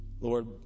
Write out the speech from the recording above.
Lord